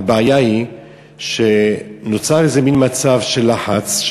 הבעיה היא שנוצר איזה מין מצב של לחץ,